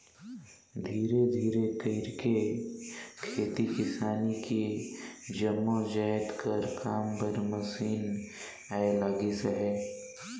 धीरे धीरे कइरके खेती किसानी के जम्मो जाएत कर काम बर मसीन आए लगिस अहे